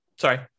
Sorry